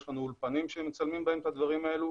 יש לנו אולפנים שמצלמים בהם את הדברים האלה.